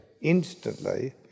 instantly